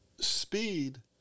speed